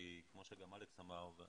כמו שגם אלכס אמר,